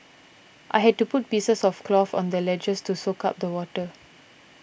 I had to put pieces of cloth on the ledges to soak up the water